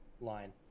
line